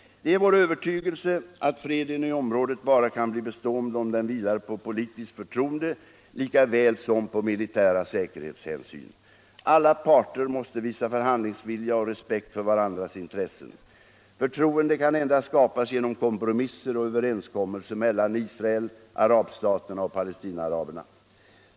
Det är vår övertygelse att freden i området bara kan bli bestående om den vilar på politiskt förtroende lika väl som på militära säkerhetshänsyn. Alla parter måste visa förhandlingsvilja och respekt för varandras intressen. Förtroende kan endast skapas genom kompromisser och överenskommelser mellan Israel, arabstaterna och Palestinaaraberna.